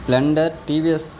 splendor TVS